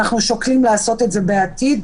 אנחנו שוקלים לעשות את זה בעתיד.